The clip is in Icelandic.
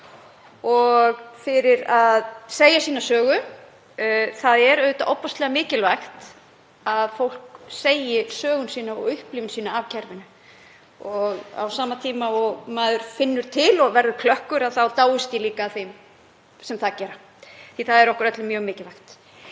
og fyrir að segja sína sögu. Það er ofboðslega mikilvægt að fólk segi sögu sína og upplifun sína af kerfinu. Og á sama tíma og maður finnur til og verður klökkur þá dáist ég líka að þeim sem það gera því að það er okkur öllum mjög mikilvægt.